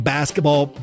Basketball